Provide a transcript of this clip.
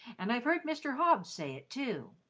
and i've heard mr. hobbs say it too.